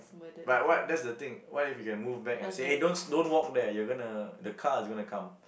but what that's the thing what if you can move back and say those don't walk there you're going to the car is going to come